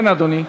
כן, אדוני?